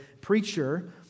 preacher